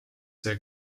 see